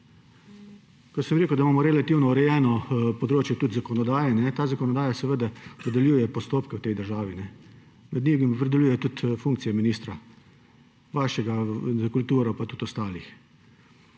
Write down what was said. Ko sem rekel, da imamo relativno urejeno področje zakonodaje, ta zakonodaja seveda opredeljuje postopke v tej državi, med njimi opredeljuje tudi funkcije ministrov, vašega za kulturo pa tudi ostalih.